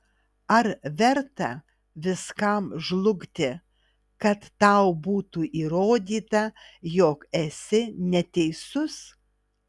ar verta viskam žlugti kad tau būtų įrodyta jog esi neteisus